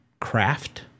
craft